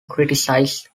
criticised